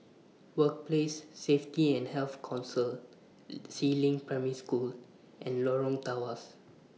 Workplace Safety and Health Council Si Ling Primary School and Lorong Tawas